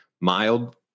mild